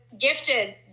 gifted